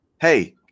Hey